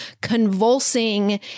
convulsing